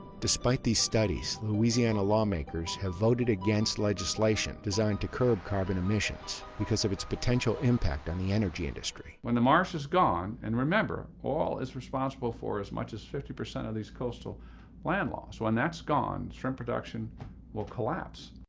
despite these studies, louisiana lawmakers have voted against legislation designed to curb carbon emissions because of its potential impact on the energy industry. when the marsh is gone, and remember oil is responsible for as much as fifty percent of this coastal landloss. when that's gone, shrimp production will collapse.